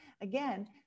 Again